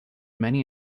many